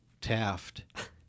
Taft